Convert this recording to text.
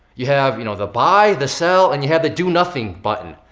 you have you know the buy, the sell, and you have the do nothing button.